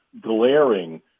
glaring